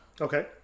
Okay